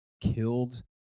killed